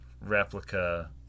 Replica